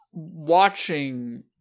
Watching